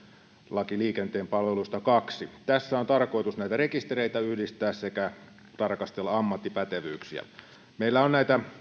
laki liikenteen palveluista toisessa tässä on tarkoitus näitä rekistereitä yhdistää sekä tarkastella ammattipätevyyksiä meillä on